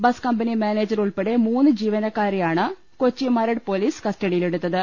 bus company manager ഉൾപ്പെടെ മൂന്ന് ജീവനക്കാരെയാണ് കൊച്ചി മരട് പൊലീസ് കസ്റ്റഡിയിലെടുത്തത്